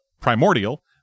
Primordial